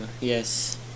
yes